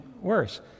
worse